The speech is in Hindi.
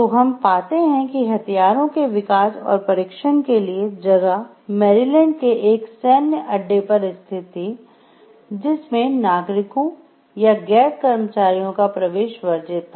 तो हम पाते हैं कि हथियारों के विकास और परीक्षण के लिए जगह मैरीलैंड के एक सैन्य अड्डे पर स्थित थी जिसमे नागरिकों या गैर कर्मचारियों का प्रवेश वर्जित था